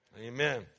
Amen